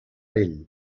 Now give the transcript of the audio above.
ell